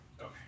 Okay